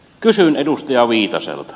kysyn edustaja viitaselta